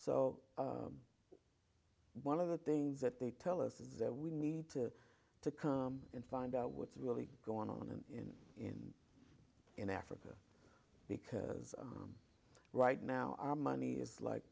o one of the things that they tell us is that we need to to come and find out what's really going on in in in africa because right now our money is like